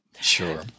Sure